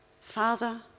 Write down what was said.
Father